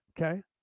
Okay